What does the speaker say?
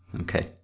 Okay